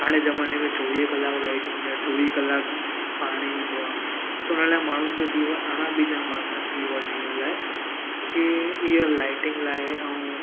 हाणे ज़माने में चोवीह कलाक लाइटियूं हूंदी आहे चोवीह कलाक पाणी हूंदो आहे त हुन लाइ माण्हुनि जो जीवन अञा बि जामु आसान थी वियो जिअण लाइ की ईअं लाइटिंग लाइ ऐं